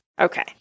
Okay